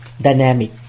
dynamic